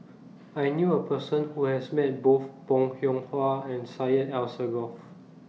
I knew A Person Who has Met Both Bong Hiong Hwa and Syed Alsagoff